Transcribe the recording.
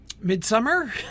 midsummer